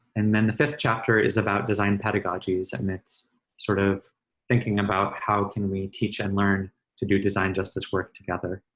and then the fifth chapter is about design pedagogies and it's sort of thinking about how can we teach and learn to do design justice work together?